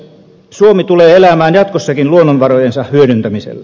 suomi tulee elämään jatkossakin luonnonvarojensa hyödyntämisellä